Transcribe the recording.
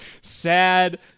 sad